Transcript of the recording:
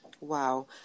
wow